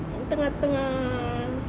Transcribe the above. tengah tengah